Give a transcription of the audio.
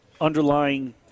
underlying